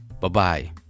Bye-bye